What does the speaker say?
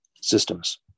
systems